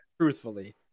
Truthfully